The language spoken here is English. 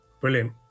Brilliant